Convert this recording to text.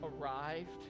arrived